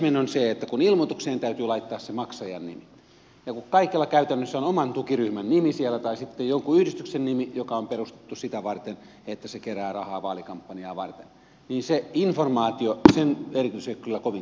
ensimmäinen on se että kun ilmoitukseen täytyy laittaa se maksajan nimi ja kun kaikilla käytännössä on oman tukiryhmän nimi siellä tai sitten jonkun yhdistyksen nimi joka on perustettu sitä varten että se kerää rahaa vaalikampanjaa varten niin sen informaation merkitys ei ole kyllä kovinkaan suuri